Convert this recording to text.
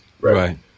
Right